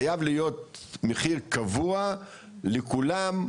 חייב להיות מחיר קבוע לכולם,